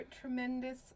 tremendous